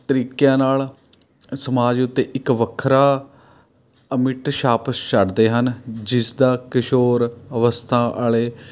ਤਰੀਕਿਆਂ ਨਾਲ਼ ਸਮਾਜ ਉੱਤੇ ਇੱਕ ਵੱਖਰਾ ਅਮਿੱਟ ਛਾਪ ਛੱਡਦੇ ਹਨ ਜਿਸਦਾ ਕਿਸ਼ੋਰ ਅਵਸਥਾ ਵਾਲੇ